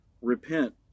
repent